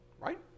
right